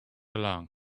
along